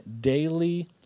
daily